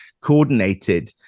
coordinated